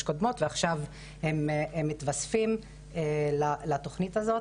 קודמות ועכשיו הם מתווספים לתוכנית הזאת.